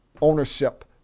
ownership